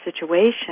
situation